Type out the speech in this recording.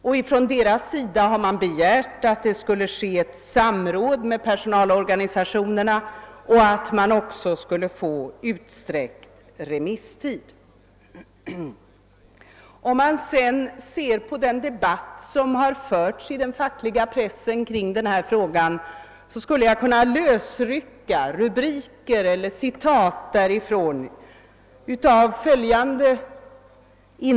Från förbundets sida har man begärt att det skulle ske ett samråd med personalorganisationerna och att man skulle få utsträckt remisstid. Ur den debatt som har förts i den fackliga pressen i denna fråga skulle jag kunna lösrycka en del citat.